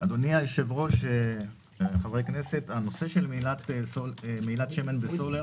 אדוני היושב-ראש, חברי הכנסת, מהילת שמן בסולר